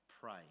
Pray